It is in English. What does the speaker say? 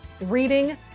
reading